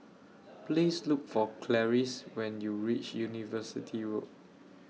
Please Look For Clarice when YOU REACH University Road